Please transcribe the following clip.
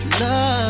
love